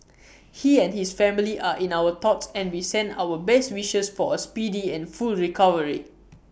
he and his family are in our thoughts and we send our best wishes for A speedy and full recovery